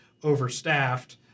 overstaffed